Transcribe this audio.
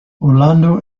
orlando